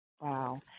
Wow